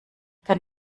kann